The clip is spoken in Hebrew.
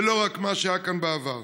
ולא רק למה שהיה כאן בעבר.